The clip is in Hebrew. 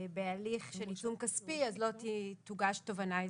הליך של רישום כספי אז לא תוגש תובענה ייצוגית.